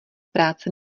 práce